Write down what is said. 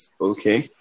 Okay